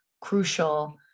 crucial